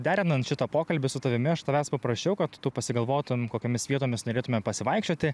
derinant šitą pokalbį su tavimi aš tavęs paprašiau kad tu pasigalvotum kokiomis vietomis norėtume pasivaikščioti